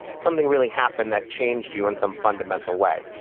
something really happened that changed you in some fundamental way.